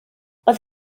oedd